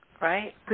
Right